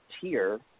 tier